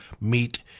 meet